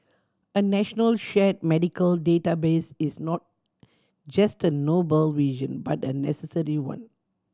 a national shared medical database is not just a noble vision but a necessary one